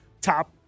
top